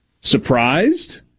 Surprised